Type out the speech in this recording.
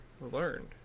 learned